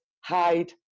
hide